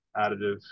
additive